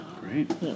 Great